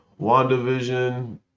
WandaVision